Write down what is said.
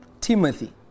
Timothy